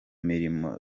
mirimo